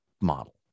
model